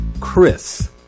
Chris